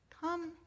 Come